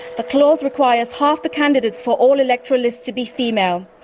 the clause requires half the candidates for all electorates to be female.